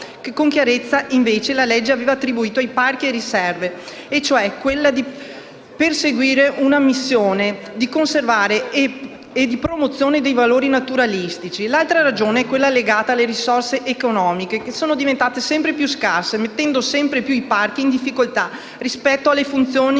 che con chiarezza invece la legge aveva attribuito a parchi e riserve, e cioè di perseguire una missione di conservazione e promozione dei valori naturalistici. L'altra ragione è legata alle risorse economiche, che sono diventate sempre più scarse, mettendo i parchi sempre più in difficoltà rispetto alle funzioni